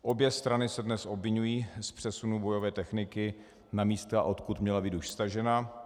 Obě strany se dnes obviňují z přesunu bojové techniky na místa, odkud měla být už stažena.